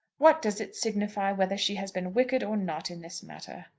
what does it signify whether she has been wicked or not in this matter?